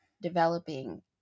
developing